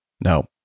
No